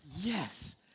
yes